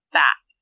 back